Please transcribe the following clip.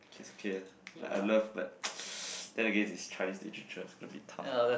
it's okay ah like I love but then again it's Chinese literature it's going to be tough